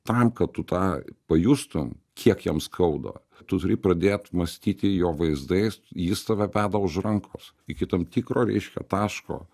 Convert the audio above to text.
tam kad tu tą pajustum kiek jam skauda tu turi pradėt mąstyti jo vaizdais jis tave veda už rankos iki tam tikro reiškia taško